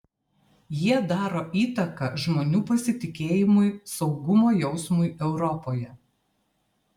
jie daro įtaką žmonių pasitikėjimui saugumo jausmui europoje